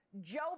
Joe